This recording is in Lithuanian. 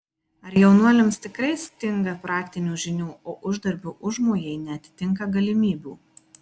ar jaunuoliams tikrai stinga praktinių žinių o uždarbio užmojai neatitinka galimybių